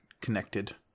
connected